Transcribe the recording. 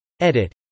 Edit